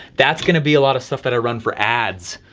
that's gonna be a lot of stuff that i run for ads.